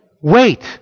Wait